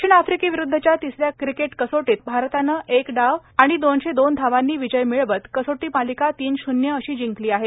दक्षिण आफ्रिकेविरुद्धच्या तिसऱ्या क्रिकेट कसोटीत भारतानं एक डाव आणि दोनशे दोन धावांनी विजय मिळवत कसोटी मालिका तीन शूल्य अशी जिंकली आहे